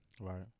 Right